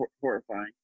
horrifying